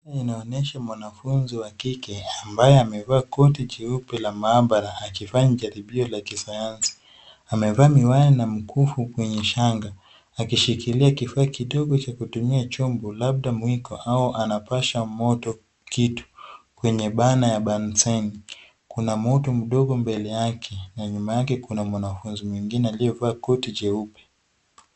Hii inaonyesha mwanafunzi wa kike ambaye amevaa koti jeeupe la maabara akifanya jaribio la kisayansi. Amevaa miwani na mkufu kwenye shanga, akishikilia kifaa kidogo cha kutumia chombo labda mwiko au anapasha moto kitu. Kwenye burner ya banseni. Kuna moto mdogo mbele yake, na nyuma yake kuna mwanafunzi mwingine aliyevaa koti jeupe.